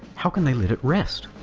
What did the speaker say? how can they let it rest?